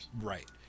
right